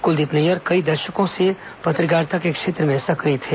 कलदीप नैय्यर कई दशकों से पत्रकारिता के क्षेत्र में सक्रिय थे